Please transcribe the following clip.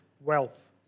wealth